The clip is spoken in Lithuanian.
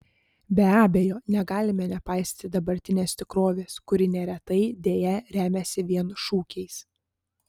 be abejo negalime nepaisyti dabartinės tikrovės kuri neretai deja remiasi vien šūkiais